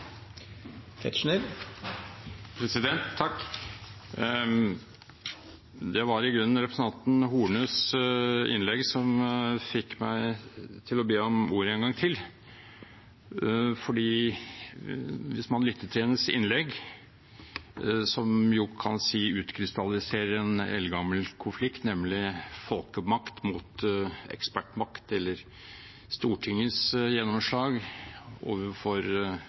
Hornes innlegg som fikk meg til å be om ordet en gang til. For hvis man lytter til hennes innlegg, som man jo kan si utkrystalliserer en eldgammel konflikt, nemlig folkemakt mot ekspertmakt, eller Stortingets gjennomslag overfor